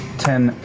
ten,